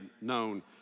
known